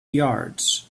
yards